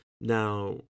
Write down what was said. Now